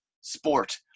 Sport